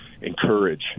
encourage